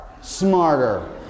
smarter